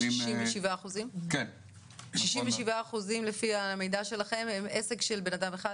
שישים ושבעה אחוזים לפי המידע שלכם הם עסק של בנאדם אחד?